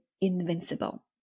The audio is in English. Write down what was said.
invincible